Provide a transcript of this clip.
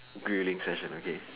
grilling session okay